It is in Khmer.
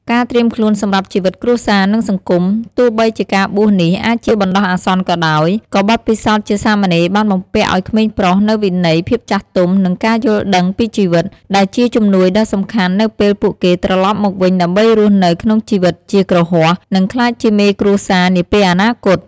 ការត្រៀមខ្លួនសម្រាប់ជីវិតគ្រួសារ និងសង្គម ទោះបីជាការបួសនេះអាចជាបណ្ដោះអាសន្នក៏ដោយ ក៏បទពិសោធន៍ជាសាមណេរបានបំពាក់ឱ្យក្មេងប្រុសនូវវិន័យ ភាពចាស់ទុំ និងការយល់ដឹងពីជីវិត ដែលជាជំនួយដ៏សំខាន់នៅពេលពួកគេត្រឡប់មកវិញដើម្បីរស់នៅក្នុងជីវិតជាគ្រហស្ថ និងក្លាយជាមេគ្រួសារនាពេលអនាគត។